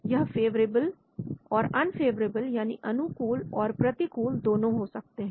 यह फेवरेबल ओर अनफेवरेबल यानी अनुकूल और प्रतिकूल दोनों हो सकते हैं